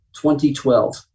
2012